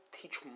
teach